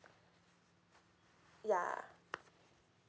yeah